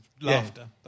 laughter